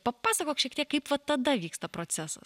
papasakok šiek tiek kaip va tada vyksta procesas